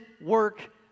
work